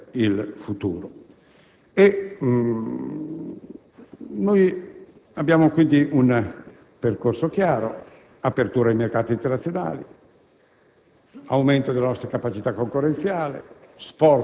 Non lo facciamo e non lo abbiamo fatto in modo precipitoso, proprio per non mancare agli impegni internazionali. È nostro proposito farlo in modo progressivo e serio per il futuro.